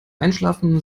einschlafen